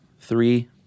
three